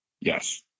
Yes